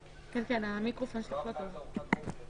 שהם פרופורציונליים לעבירות.